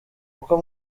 uko